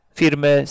firmy